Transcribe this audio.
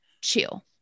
chill